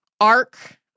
arc